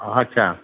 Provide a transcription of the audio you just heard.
अच्छा